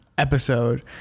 episode